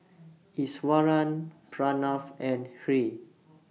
Iswaran Pranav and Hri